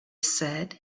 said